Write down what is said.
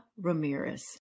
Ramirez